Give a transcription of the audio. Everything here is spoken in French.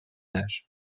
age